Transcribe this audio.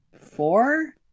Four